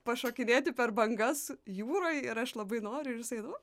pašokinėti per bangas jūroj ir aš labai noriu ir jisai nu